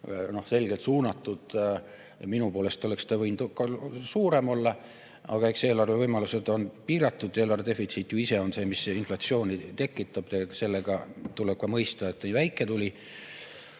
selgelt suunatud. Minu poolest oleks ta võinud ka suurem olla, aga eks eelarve võimalused on piiratud, eelarve defitsiit ju ise on see, mis inflatsiooni tekitab. Sellepärast tuleb ka mõista, et ta nii väike tuli,